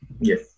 yes